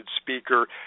speaker